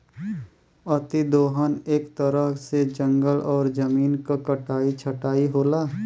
अति दोहन एक तरह से जंगल और जमीन क कटाई छटाई होला